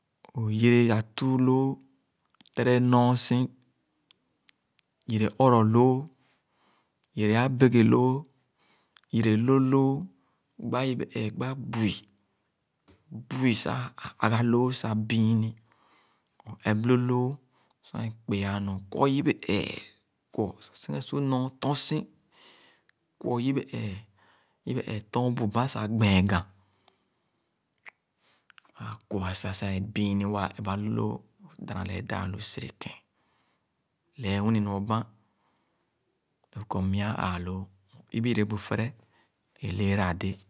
Õ-yere atuu loo, tere nɔɔ si, yere ɔrɔ loo, yere abege loo, yere loh loo, gba yibe ẽẽ gba bu-i. Bu-i sah ã ãgãloo sah biini, õ-ep lõh loo, sor e-koe-anu, o-kwu yibe ẽẽ, kwɔ sah õ-siken su nɔɔ tɔ̃n si, kwɔ yibe ẽẽ, yibe ẽẽ õ-sikèn su nɔɔ tɔ̃n si, kwɔ yibe ẽẽ, yibe ẽẽ tɔ̃ɔ̃n bu bãn sah gbẽn̄ghan Sor waa kwɔ sah, sah é biini, waa epba lõh loo, õ-dana kee daa-lu sere kẽn, ee wini-nu õ-ban, doo kɔr mya a ãã loo, õ-ibi yere bu fere. Ẽ lẽẽra ãdẽ.